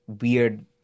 weird